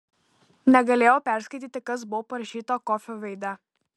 negalėjau perskaityti kas buvo parašyta kofio veide